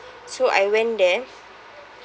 so I went there